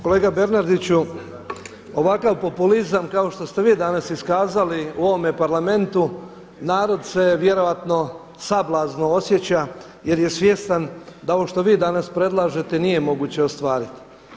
Kolega Bernardiću ovakav populizam kao što ste vi danas iskazali u ovome Parlamentu narod se vjerojatno sablazno osjeća jer je svjestan da ovo što vi danas predlažete nije moguće ostvariti.